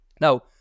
now